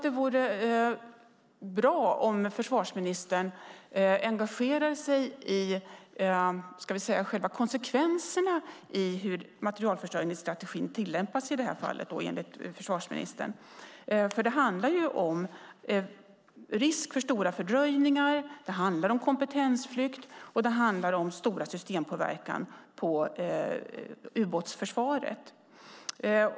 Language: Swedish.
Det vore bra om försvarsministern engagerade sig i själva konsekvenserna av hur materielförsörjningsstrategin tillämpas i det här fallet, för det handlar om risk för stora fördröjningar, kompetensflykt och stor systempåverkan på ubåtsförsvaret.